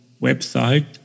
website